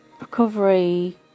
Recovery